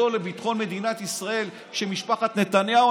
לביטחון מדינת ישראל של משפחת נתניהו,